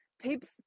peeps